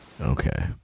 okay